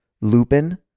Lupin